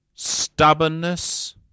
Stubbornness